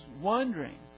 wondering